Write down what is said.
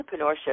entrepreneurship